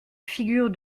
figure